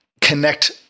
connect